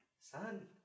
son